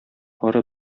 ары